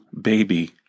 baby